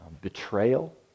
betrayal